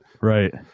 Right